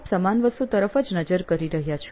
આપ સમાન વસ્તુ તરફ જ નજર કરી રહ્યા છો